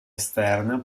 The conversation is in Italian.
esterna